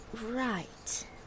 Right